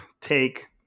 take